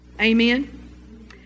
Amen